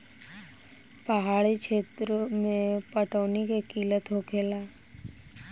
पहाड़ी क्षेत्र मे अब्बो पटौनी के किल्लत होखेला